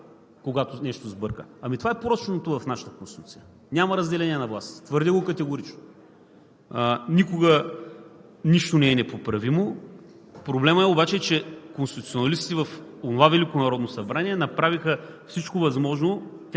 когато нещо сбърка?! Ами това е порочното в нашата Конституция. Няма разделение на властите – твърдя го категорично. Никога нищо не е непоправимо. Проблемът обаче е, че конституционалистите в онова Велико народно